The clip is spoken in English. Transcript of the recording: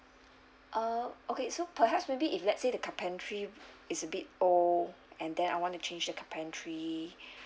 uh okay so perhaps maybe if let's say the carpentry is a bit old and then I want to change the carpentry